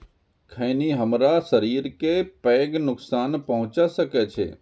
खैनी हमरा शरीर कें पैघ नुकसान पहुंचा सकै छै